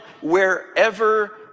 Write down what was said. wherever